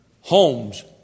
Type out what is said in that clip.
Homes